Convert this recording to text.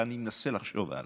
אלא אני מנסה לחשוב הלאה.